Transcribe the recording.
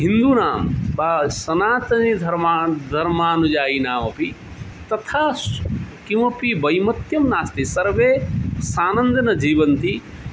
हिन्दूनां वा सनातनधर्माणां धर्मानुजायिनामपि तथा सह किमपि वैमत्यं नास्ति सर्वे सानन्देन जीवन्ति